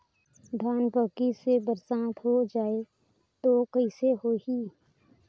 धान पक्की से बरसात हो जाय तो कइसे हो ही?